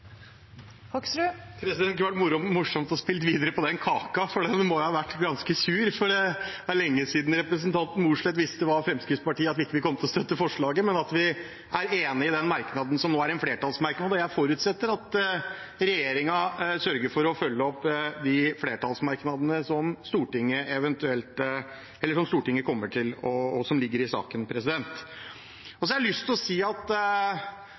morsomt å spille videre på den kaka – den må jo ha vært ganske sur, for det er lenge siden representanten Mossleth visste at Fremskrittspartiet ikke kom til å støtte forslaget. Men vi er enig i den merknaden som nå er en flertallsmerknad, og jeg forutsetter at regjeringen sørger for å følge opp de flertallsmerknadene som ligger i saken. Jeg har lyst til å si at vi har en anleggsbransje i Norge som er veldig offensiv, som har gjort mye, og